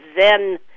zen